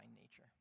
nature